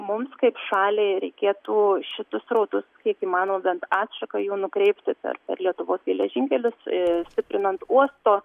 mums kaip šaliai reikėtų šitus srautus kiek įmanoma bent atšaką jų nukreipti per lietuvos geležinkelius i stiprinant uosto